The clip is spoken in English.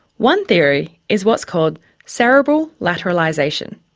one theory is what's called cerebral lateralisation.